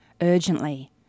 urgently